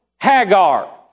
Hagar